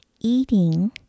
eating